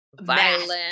Violent